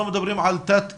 אנחנו מדברים על תת איתור.